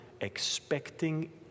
expecting